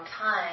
time